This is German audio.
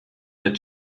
der